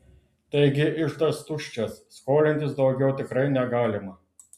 taigi iždas tuščias skolintis daugiau tikrai negalima